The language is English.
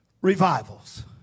revivals